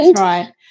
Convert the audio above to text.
right